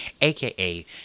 aka